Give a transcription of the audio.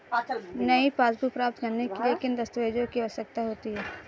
नई पासबुक प्राप्त करने के लिए किन दस्तावेज़ों की आवश्यकता होती है?